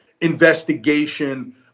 investigation